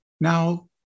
Now